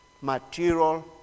Material